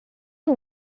you